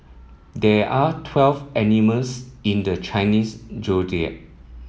there are twelve animals in the Chinese Zodiac